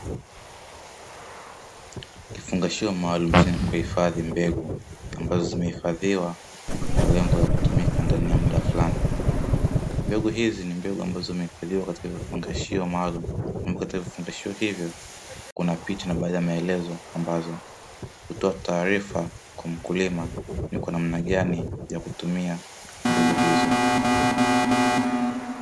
Kifungashio maalum chenye kuhifadhi mbegu, ambazo zimehifadhiwa kwa lengo la kutumika ndani ya muda fulani. Mbegu hizi ni mbegu ambazo zimehifadhiwa katika vifungashio maalum, na katika vifungashio hivyo kuna picha na baadhi ya maelezo ambazo hutoa taarifa kwa mkulima, ni kwa namna gani ya kutumia mbegu hizo.